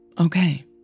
Okay